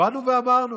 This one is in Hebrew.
באנו ואמרנו: